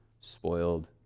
spoiled